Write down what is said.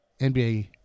nba